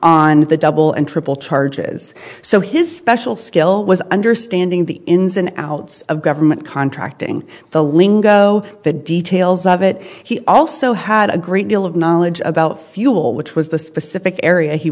on the double and triple charges so his special skill was understanding the ins and outs of government contracting the lingo the details of it he also had a great deal of knowledge about fuel which was the specific area he